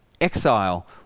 exile